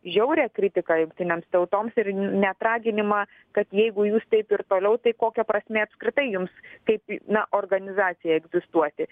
žiaurią kritiką jungtinėms tautoms ir net raginimą kad jeigu jūs taip ir toliau tai kokia prasmė apskritai jums kaip na organizacijai egzistuoti